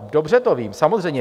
Dobře to vím, samozřejmě.